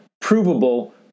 provable